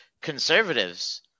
conservatives